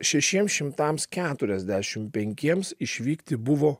šešiems šimtams keturiasdešimt penkiems išvykti buvo